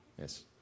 Yes